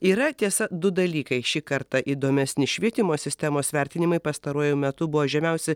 yra tiesa du dalykai šį kartą įdomesni švietimo sistemos vertinimai pastaruoju metu buvo žemiausi